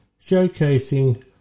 showcasing